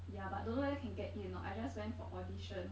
ya but don't know whether can get in or not I just went for audition